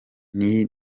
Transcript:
iyi